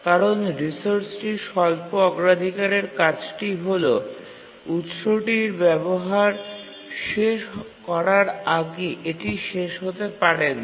কারণ রিসোর্সটির স্বল্প অগ্রাধিকারের কাজটি হল উৎসটির ব্যবহার শেষ করার আগে এটি শেষ হতে পারে না